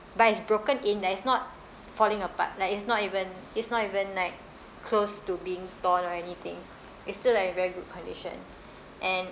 but it's broken in lah it's not falling apart like it's not even it's not even like close to being torn or anything it's still like in very good condition and